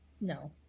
no